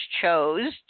chose